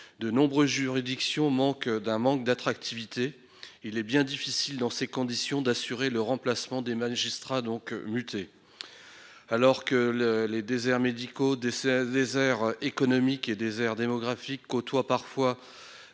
De nombreuses juridictions souffrent d'un manque d'attractivité. Il est bien difficile, dans ces conditions, d'assurer le remplacement des magistrats mutés. Alors que les déserts médicaux, économiques et démographiques côtoient parfois